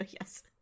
yes